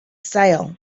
sale